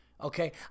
okay